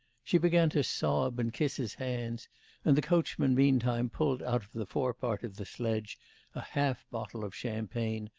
she began to sob, and kiss his hands and the coachman meantime pulled out of the forepart of the sledge a half bottle of champagne,